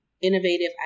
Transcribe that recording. Innovative